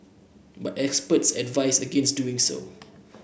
but experts advise against doing so